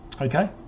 Okay